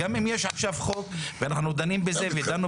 כמו שאמרתי יש כ-2,400 תיירים מאוקראינה שנמצאים